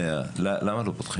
למה לא פותחים?